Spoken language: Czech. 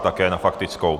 Také na faktickou.